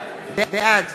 בעד